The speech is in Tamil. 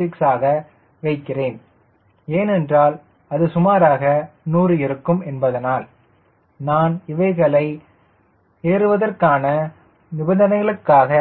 6 ஆக வைக்கிறேன் ஏனென்றால் அது சுமாராக 100 இருக்கும் என்பதனால் நான் இவைகளை ஏறுவதற்கான நிபந்தனைகளுக்காக